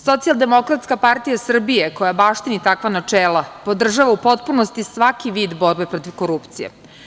Socijaldemokratska partija Srbije, koja baštini takva načela, podržava u potpunosti svaki vid borbe protiv korupcije.